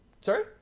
Sorry